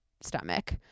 stomach